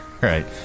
right